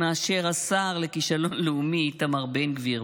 מאשר השר לכישלון לאומי איתמר בן גביר,